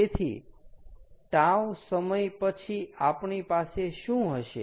તેથી τ સમય પછી આપણી પાસે શું હશે